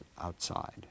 outside